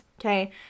Okay